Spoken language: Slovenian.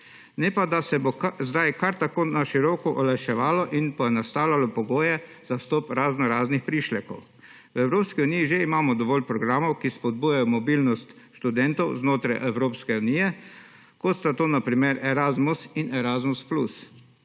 ne pa, da se bodo zdaj kar tako na široko olajševali in poenostavljali pogoji za vstop raznoraznih prišlekov. V Evropski uniji že imamo dovolj programov, ki spodbujajo mobilnost študentov znotraj Evropske unije, kot sta to na primer Erasmus in Erasmus+.